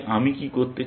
তাই আমি কি করতে চাই